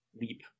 leap